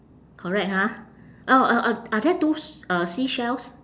correct ha oh uh uh are there two s~ uh seashells